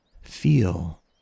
Feel